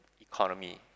economy